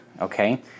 okay